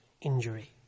injury